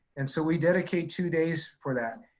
and so we dedicate two days for that.